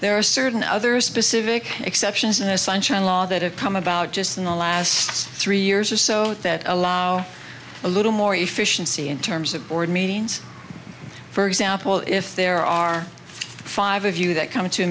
there are certain other specific exceptions in a sunshine law that have come about just in the last three years or so that allow a little more efficiency in terms of board meetings for example if there are five of you that come to a